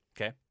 Okay